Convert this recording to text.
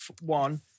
one